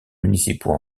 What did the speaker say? municipaux